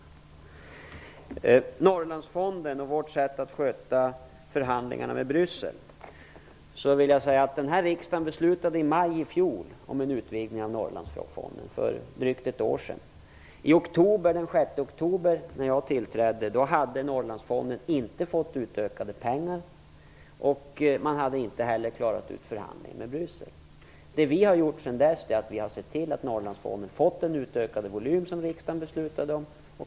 Om Norrlandsfonden och om vårt sätt att sköta förhandlingarna med Bryssel vill jag säga att den här riksdagen i maj i fjol, alltså för drygt ett år sedan, beslutade om en utvidgning av Norrlandsfonden. När jag tillträdde den 6 oktober hade Norrlandsfonden inte fått mer pengar, och man hade inte heller klarat ut förhandlingarna med Bryssel. Sedan dess har vi sett till att Norrlandsfonden har fått den utökade volym som riksdagen beslutade om.